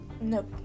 nope